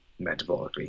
metabolically